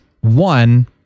one